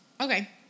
Okay